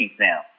now